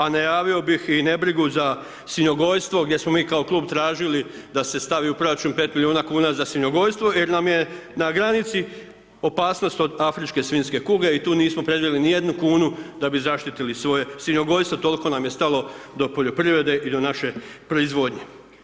A najavio bih i nebrigu za svinjogojstvo gdje smo mi kao klub tražili da se stavi u proračun 5 milijuna kuna za svinjogojstvo jer nam je na granici opasnost od afričke svinjske kuge i tu nismo predvidjeli ni jednu kunu da bi zaštitili svoje svinjogojstvo, toliko nam je stalo do poljoprivrede i do naše proizvodnje.